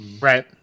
Right